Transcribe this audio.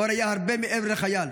אור היה הרבה מעבר לחייל.